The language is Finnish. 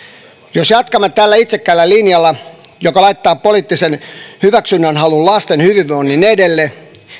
jos jatkamme tällä itsekkäällä linjalla joka laittaa poliittisen hyväksynnän halun lasten hyvinvoinnin edelle